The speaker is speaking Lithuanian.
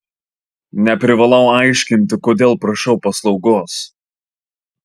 neprivalau aiškinti kodėl prašau paslaugos